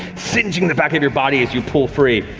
singeing the back of your body as you pull free.